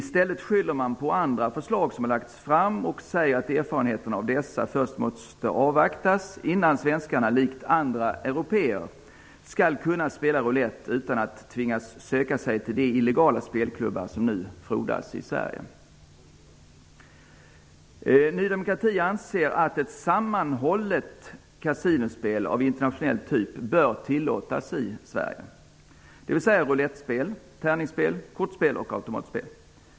I stället skyller man på att flera förslag har lagts fram och menar att man först måste avvakta utgången av dessa innan svenskarna likt andra européer skall tillåtas spela roulett utan att tvingas att söka sig till de illegala spelklubbar som nu frodas i Sverige. Ny demokrati anser att ett sammanhållet kasinospel av internationell typ bör tillåtas i Sverige, dvs. roulettspel, tärningsspel, kortspel och automatspel.